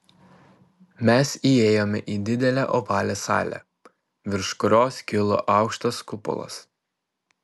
mes įėjome į didelę ovalią salę virš kurios kilo aukštas kupolas